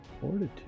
Fortitude